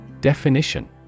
Definition